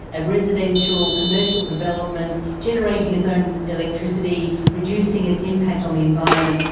a residential commercial development generating its own electricity, reducing its impact on the environment,